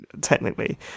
technically